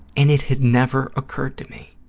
and it had never occurred to me.